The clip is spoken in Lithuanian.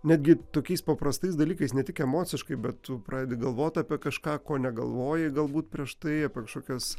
netgi tokiais paprastais dalykais ne tik emociškai bet tu pradedi galvot apie kažką ko negalvojai galbūt prieš tai apie kažkokias